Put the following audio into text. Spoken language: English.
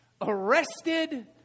arrested